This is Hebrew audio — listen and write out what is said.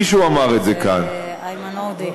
לא, לא.